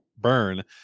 burn